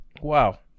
Wow